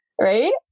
Right